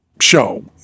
show